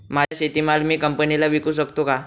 माझा शेतीमाल मी कंपनीला विकू शकतो का?